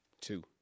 Two